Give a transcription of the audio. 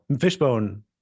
fishbone